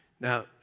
Now